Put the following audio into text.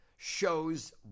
Shows